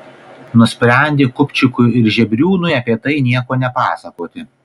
nusprendė kupčikui ir žebriūnui apie tai nieko nepasakoti